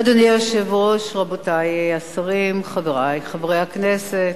אדוני היושב-ראש, רבותי השרים, חברי חברי הכנסת,